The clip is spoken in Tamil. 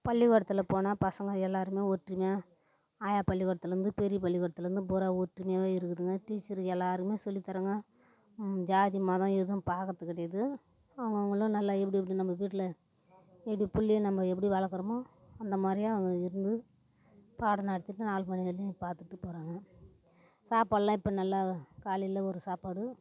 பள்ளிக்கூடத்தில் போனால் பசங்கள் எல்லோருமே ஒற்றுமையாக ஆயா பள்ளிக்கூடத்துலேருந்து பெரிய பள்ளிக்கூடத்துலேருந்து பூரா ஒற்றுமையாகவே இருக்குதுங்க டீச்சர் எல்லோருக்கும் சொல்லித் தர்றாங்க ஜாதி மதம் எதுவும் பாக்கிறது கிடையாது அவங்க அவங்களும் நல்லா எப்படி எப்படி நம்ம வீட்டில் எப்படி பிள்ளைய நம்ம எப்படி வளக்கிறமோ அந்த மாதிரியா அவங்க இருந்து பாடம் நடத்திட்டு நாலு மணி வரையும் பார்த்துட்டு போகிறாங்க சாப்பாடுலாம் இப்போ நல்லா காலையில் ஒரு சாப்பாடு